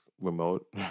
remote